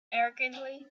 arrogantly